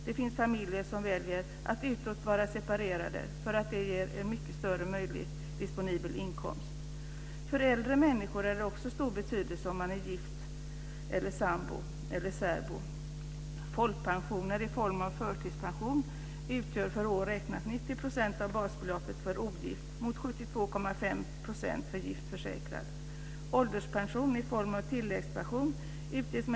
Det finns familjer som väljer att utåt vara separerade för att det ger en mycket större disponibel inkomst. För äldre människor har det också stor betydelse om man är gift, sambo eller särbo. Folkpensioner i form av förtidspension utgör räknat per år 90 % av basbeloppet för ogift mot 72,5 % för gift försäkrad.